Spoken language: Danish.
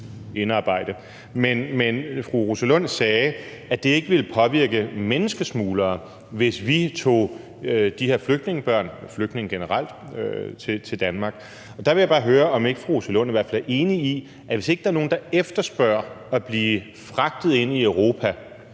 Men fru Rosa Lund sagde, at det ikke ville påvirke menneskesmuglere, hvis vi tog de her flygtningebørn – og flygtninge generelt – til Danmark. Og der vil jeg bare høre, om ikke fru Rosa Lund i hvert fald er enig i, at hvis ikke der er nogen, der efterspørger at blive fragtet ind i Europa,